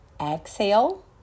exhale